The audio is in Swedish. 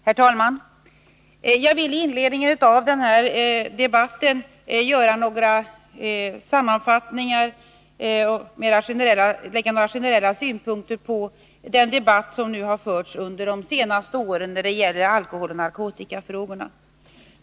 Herr talman! Jag vill i inledningen av denna debatt anlägga några mer generella synpunkter på den debatt som under senare år har förts när det gäller alkohol och narkotika.